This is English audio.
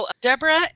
Deborah